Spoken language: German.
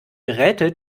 geräte